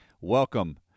Welcome